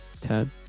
Ted